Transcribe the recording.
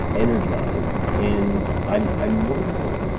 energized. and i'm i'm wondering